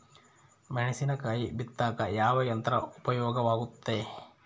ಮೆಣಸಿನಕಾಯಿ ಬಿತ್ತಾಕ ಯಾವ ಯಂತ್ರ ಉಪಯೋಗವಾಗುತ್ತೆ?